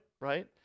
right